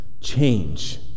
change